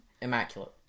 immaculate